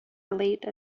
relate